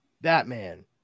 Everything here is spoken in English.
Batman